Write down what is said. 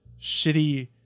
shitty